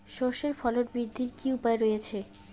সর্ষের ফলন বৃদ্ধির কি উপায় রয়েছে?